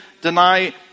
deny